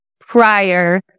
prior